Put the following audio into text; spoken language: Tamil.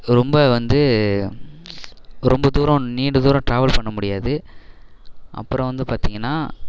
ரொம்ப வந்து ரொம்ப தூரம் நீண்ட தூரம் ட்ராவல் பண்ண முடியாது அப்புறம் வந்து பார்த்தீங்கன்னா